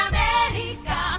America